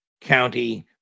county